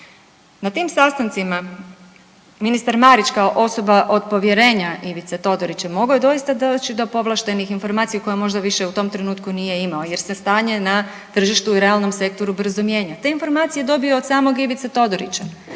Na tim sastancima ministar Marić kao osoba od povjerenja Ivice Todorića mogao je doista doći do povlaštenih informacija koje možda više u tom trenutku nije imao jer se stanje na tržištu i realnom sektoru brzo mijenja. Te informacije je dobio od samog Ivice Todorića